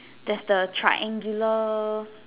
there's the triangular